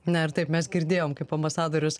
na ir taip mes girdėjom kaip ambasadorius